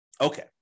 Okay